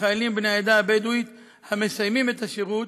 לחיילים בני העדה הבדואית המסיימים את השירות,